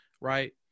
right